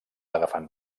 agafant